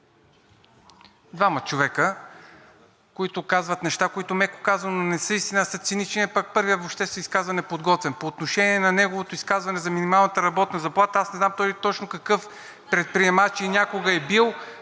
двама човека, които казват неща, които, меко казано, не са истина, а са цинични, а пък първият въобще се изказа неподготвен. По отношение на неговото изказване за минималната работна заплата, аз не знам точно какъв предприемач е или някога е бил,